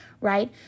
right